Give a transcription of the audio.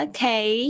Okay